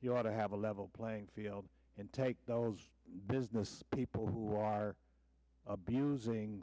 you ought to have a level playing field and take those business people who are abusing